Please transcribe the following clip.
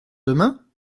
demain